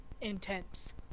intense